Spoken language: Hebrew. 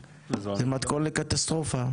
זה מתכון לקטסטרופה.